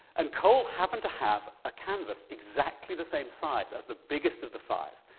and cole happened to have a canvas exactly the same size as the biggest of the five,